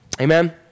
Amen